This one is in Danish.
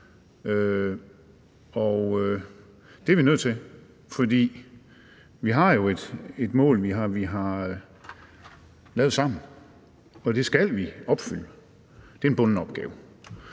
Det er vi nødt til, for vi har jo et mål, vi har lavet sammen, og det skal vi opfylde. Det er en bunden opgave.